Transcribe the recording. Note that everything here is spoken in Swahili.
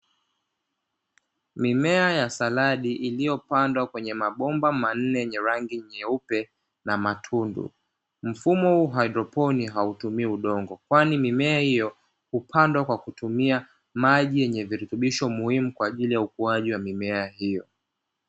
Mimea ya saladi iliyopandwa kwenye mabomba manne yenye rangi nyeupe na matundu. Mfumo huu wa hydroponi hautumii udongo, kwani mimea hiyo hupandwa kwa kutumia maji yenye virutubisho muhimu, kwa ajili ya ukuaji wa mimea hiyo.